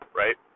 right